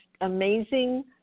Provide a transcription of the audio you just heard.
amazing